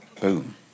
boom